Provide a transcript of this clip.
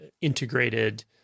integrated